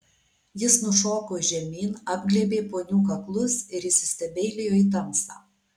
jis nušoko žemyn apglėbė ponių kaklus ir įsistebeilijo į tamsą